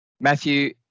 matthew